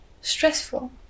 stressful